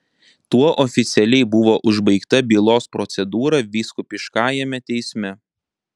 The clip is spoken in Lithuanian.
tuo oficialiai buvo užbaigta bylos procedūra vyskupiškajame teisme